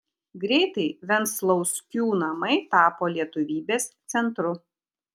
greitai venclauskių namai tapo lietuvybės centru